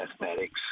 mathematics